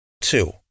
Two